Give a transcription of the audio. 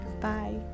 Bye